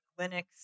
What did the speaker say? Linux